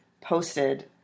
posted